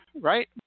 Right